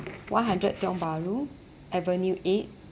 one hundred tiong bahru avenue eight